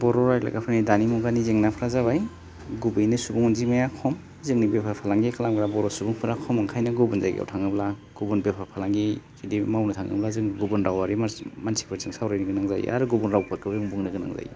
बर' रायलायग्राफोरनि दानि मुगानि जेंनाफोरा जाबाय गुबैयैनो सुबुं अनजिमाया खम जोंनि बेफार फालांगि खालामग्रा बर' सुबुंफोरा खम ओंखायनो गुबुन जायगायाव थाङोब्ला गुबुन बेफार फालांगि जुदि मावनो थाङोब्ला जों गुबुन रावारि मानसिफोरजों सावरायनो गोनां जायो आरो गुबुन रावफोरखौ जों बुंनो गोनां जायो